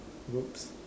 whoops